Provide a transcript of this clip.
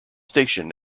station